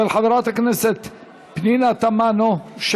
לוועדת הכספים נתקבלה.